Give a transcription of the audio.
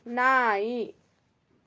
ನಾಯಿ